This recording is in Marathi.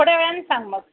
थोड्या वेळानं सांग मग